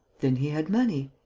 then he had money?